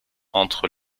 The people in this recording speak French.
entre